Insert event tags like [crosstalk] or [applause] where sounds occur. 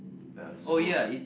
uh so [noise]